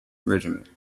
regiment